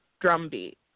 drumbeat